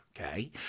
okay